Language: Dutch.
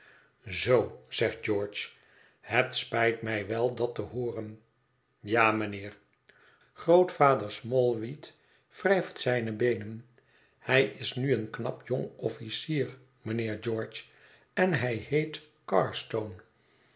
zoo zegt george het spijt mij wel dat tehooren ja mijnheer grootvader smallweed wrijft zijne beenen hij is nu een knap jong officier mijnheer george en hij heet